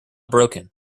broken